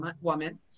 woman